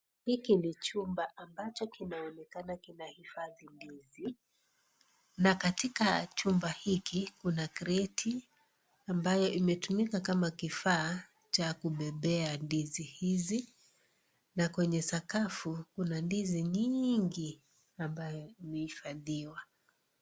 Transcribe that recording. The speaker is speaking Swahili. Hiki ni chumba ambacho kinaonekana kina hifadhi ndizi na katika chumba hiki kuna kreti ambayo imetumika kama kifaa cha kubebea ndizi hizi na kwenye sakafu kuna ndizi nyingi ambayo imehifadhiwa.